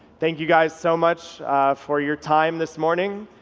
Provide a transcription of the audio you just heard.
thank you guys so much for your time this morning,